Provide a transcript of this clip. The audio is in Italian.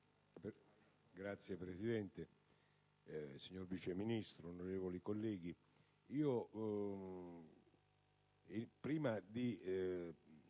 Signor Presidente, signor Vice ministro, onorevoli colleghi,